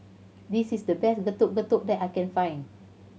this is the best Getuk Getuk that I can find